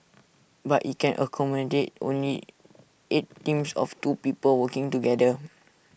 but IT can accommodate only eight teams of two people working together